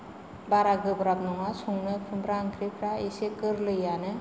बारा गोब्राब नङा संनो खुम्ब्रा ओंख्रिफ्रा एसे गोरलैयानो